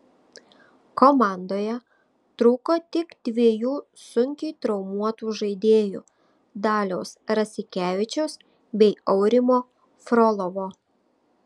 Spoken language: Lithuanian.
komandoje trūko tik dviejų sunkiai traumuotų žaidėjų daliaus rasikevičiaus bei aurimo frolovo